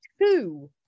two